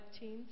teens